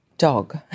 dog